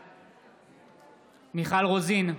בעד מיכל רוזין,